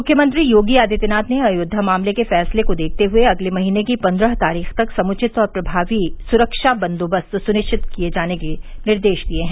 मुख्यमंत्री योगी आदित्यनाथ ने अयोध्या मामले के फैसले को देखते हुए अगले महींने की पन्द्रह तारीख तक समुचित और प्रभावी सुरक्षा बन्दोबस्त सुनिश्चित किये जाने के निर्देश दिये हैं